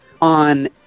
on